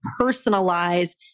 personalize